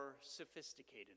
sophisticated